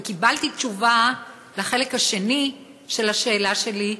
וקיבלתי תשובה לחלק השני של השאלה שלי,